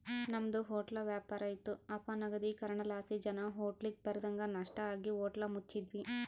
ನಮ್ದು ಹೊಟ್ಲ ವ್ಯಾಪಾರ ಇತ್ತು ಅಪನಗದೀಕರಣಲಾಸಿ ಜನ ಹೋಟ್ಲಿಗ್ ಬರದಂಗ ನಷ್ಟ ಆಗಿ ಹೋಟ್ಲ ಮುಚ್ಚಿದ್ವಿ